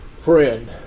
friend